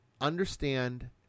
understand